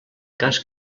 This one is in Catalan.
cas